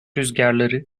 rüzgarları